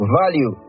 value